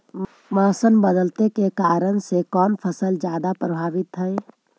मोसम बदलते के कारन से कोन फसल ज्यादा प्रभाबीत हय?